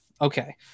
Okay